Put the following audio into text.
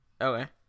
Okay